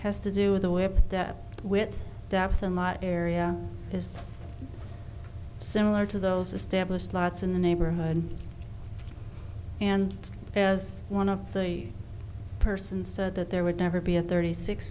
that with a lot area is similar to those established lots in the neighborhood and as one of the person said that there would never be a thirty six